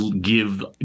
give